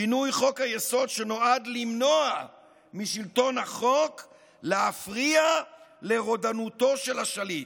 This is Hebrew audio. שינוי חוק-היסוד שנועד למנוע משלטון החוק להפריע לרודנותו של השליט.